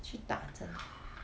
去打针